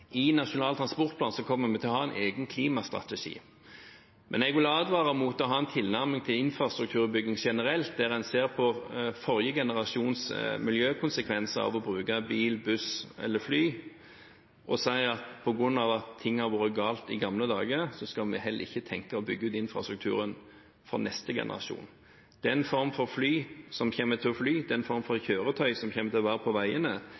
I Nasjonal transportplan kommer vi til å ha en egen klimastrategi, men jeg vil advare mot å ha en tilnærming til infrastrukturbygging generelt der en ser på forrige generasjons miljøkonsekvenser av å bruke bil, buss eller fly og sier at fordi ting har vært galt i gamle dager, så skal vi ikke tenke på å bygge ut infrastrukturen for neste generasjon. Det er en form for fly som kommer til å være i luften, det er en form for kjøretøy som kommer til å være på veiene,